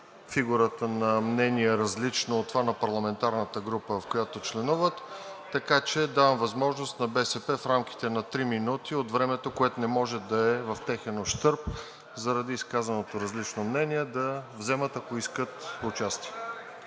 фигурата на мнение, различно от това на парламентарната група, в която членуват, така че давам възможност на БСП в рамките на три минути от времето, което не може да е в техен ущърб заради изказаното различно мнение, ако искат, да вземат участие